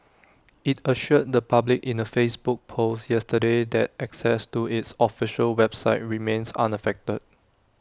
IT assured the public in A Facebook post yesterday that access to its official website remains unaffected